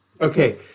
okay